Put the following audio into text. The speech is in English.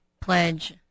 pledge